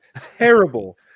Terrible